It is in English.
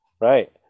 right